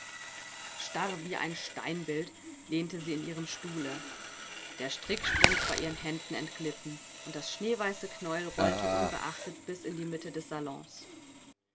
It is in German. starr wie ein steinbild lehnte sie in ihrem stuhle der strickstrumpf war ihren händen entglitten und das schneeweiße knäuel rollte unbeachtet bis in die mitte des salons